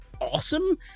awesome